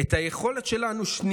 את היכולת שלנו לא